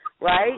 right